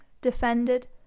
defended